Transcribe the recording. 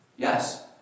Yes